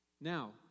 Now